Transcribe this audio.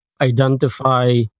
identify